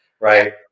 right